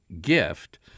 gift